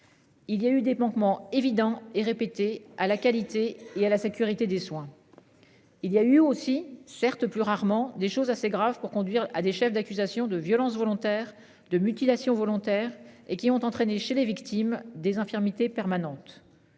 Il y a eu des manquements évidents et répété à la qualité et à la sécurité des soins. Il y a eu aussi certes plus rarement des choses assez grave pour conduire à des chefs d'accusation de violences volontaires de mutilations volontaires et qui ont entraîné chez les victimes des infirmités permanentes.